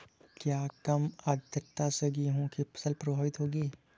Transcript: क्या कम आर्द्रता से गेहूँ की फसल प्रभावित होगी?